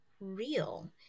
real